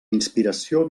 inspiració